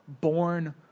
born